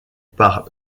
par